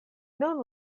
nun